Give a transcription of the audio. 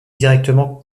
directement